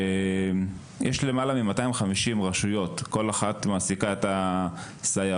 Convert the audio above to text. כשיש למעלה מ-250 רשויות וכל אחת מעסיקה סייעות